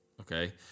Okay